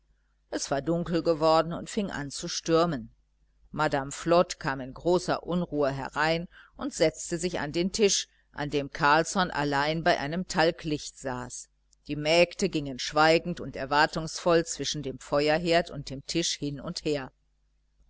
es war dunkel geworden und fing an zu stürmen madame flod kam in großer unruhe herein und setzte sich an den tisch an dem carlsson allein bei einem talglicht saß die mägde gingen schweigend und erwartungsvoll zwischen dem feuerherd und dem tisch hin und her